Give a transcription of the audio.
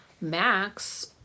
Max